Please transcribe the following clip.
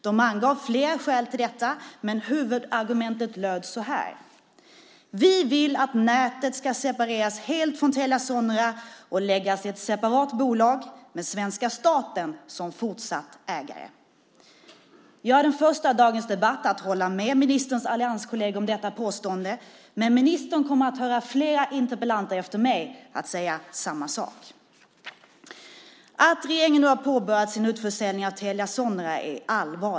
De angav flera skäl till detta, men huvudargumentet löd så här: Vi vill att nätet ska separeras helt från Telia Sonera och läggas i ett separat bolag med svenska staten som fortsatt ägare. Jag är den första i dagens debatt att hålla med ministerns allianskolleger om detta påstående. Men ministern kommer att höra fler interpellanter efter mig säga samma sak. Det är allvarligt att regeringen nu har påbörjat sin utförsäljning av Telia Sonera.